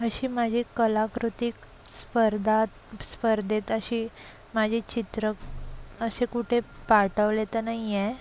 अशी माझी कलाकृती स्पर्धात स्पर्धेत अशी माझे चित्रं असे कुठे पाठवले तर नाही आहे